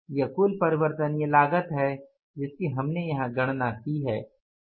यह कुल परिवर्तनीय लागत है जिसकी हमने यहां गणना की है